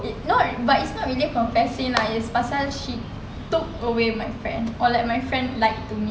not but it's not really confessing lah it's pasal she took away my friend or like my friend lie to me